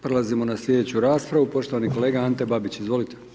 Prelazimo na sljedeću raspravu, poštovani kolega Ante Babić, izvolite.